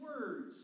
words